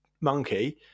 monkey